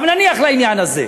אבל נניח לעניין הזה,